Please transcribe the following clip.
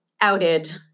outed